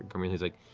garmelie's like,